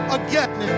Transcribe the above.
again